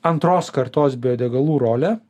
antros kartos biodegalų rolę